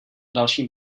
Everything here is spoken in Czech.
dalším